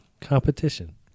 competition